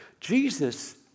Jesus